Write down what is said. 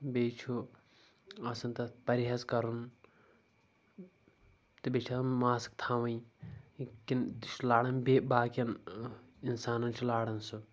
بیٚیہِ چھُ آسان تتھ پرہیٖز کرُن تہٕ بیٚیہِ چھِ آسان ماسٕک تھاوٕنۍ کِنۍ یہِ چھُ لاران بیٚیہِ باقِیَن انسانن چھُ لاران سُہ